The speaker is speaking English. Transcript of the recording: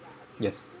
yes